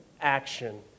action